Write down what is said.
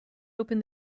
open